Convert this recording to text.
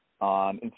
on